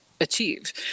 achieve